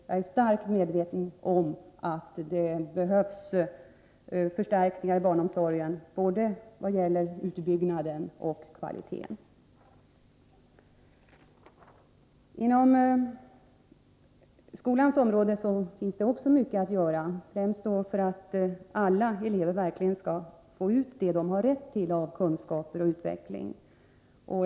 Jag är starkt medveten om att det behövs förstärkningar inom barnomsorgen beträffande både utbyggnaden och kvaliteten. Inom skolans område finns också mycket att göra, främst för att alla elever verkligen skall få de kunskaper och den utveckling som de har rätt till.